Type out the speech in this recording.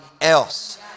else